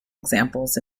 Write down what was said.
examples